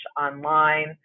online